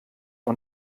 und